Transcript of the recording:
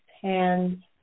hands